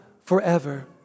forever